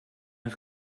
eus